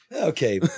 Okay